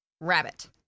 Rabbit